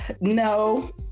No